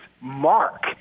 mark